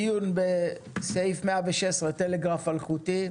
דיון בסעיף 116 טלגרף אלחוטי.